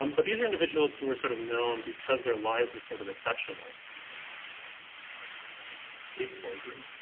um but these are individuals who were sort of known because their lives were sort of exceptional. many of them became famous because they were able to escape slavery.